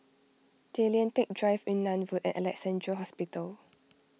Tay Lian Teck Drive Yunnan Road and Alexandra Hospital